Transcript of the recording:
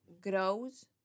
grows